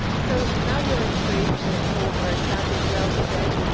so now you're intrigued and it's all very sad these whales are dead,